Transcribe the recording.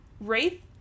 Wraith